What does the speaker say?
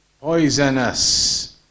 poisonous